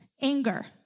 anger